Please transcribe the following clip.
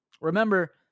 remember